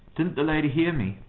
didn't the lady hear me?